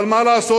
אבל מה לעשות?